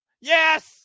Yes